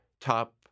top